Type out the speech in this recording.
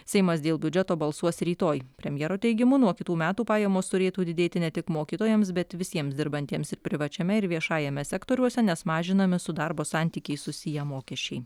seimas dėl biudžeto balsuos rytoj premjero teigimu nuo kitų metų pajamos turėtų didėti ne tik mokytojams bet visiems dirbantiems ir privačiame ir viešajame sektoriuose nes mažinami su darbo santykiais susiję mokesčiai